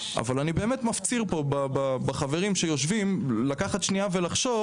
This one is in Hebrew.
אבל אני באמת מפציר בחברים שיושבים לקחת שניה ולחשוב,